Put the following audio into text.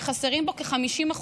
שחסרים בו כ-50%.